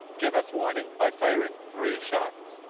give us warning by firing three shots.